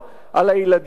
על הילדים,